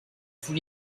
tous